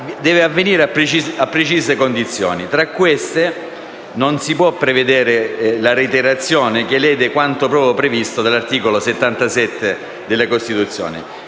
deve avvenire a precise condizioni. Tra queste, non si può prevedere la reiterazione, che lede quanto previsto dall'articolo 77 della Costituzione.